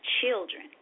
children